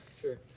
Sure